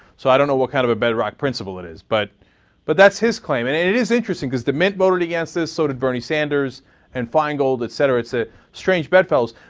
so i don't know what kind of a bedrock principle it is, but but that's his claim. and and it is interesting, because demint voted against this, so did bernie sanders and feingold, etc, it's strange bedfellows.